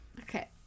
okay